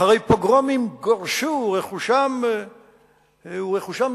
אחרי פוגרומים, גורשו ורכושם נשדד.